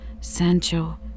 Sancho